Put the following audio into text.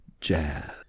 jazz